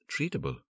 treatable